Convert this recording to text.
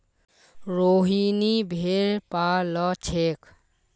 रोहिनी भेड़ पा ल छेक